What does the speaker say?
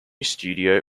studio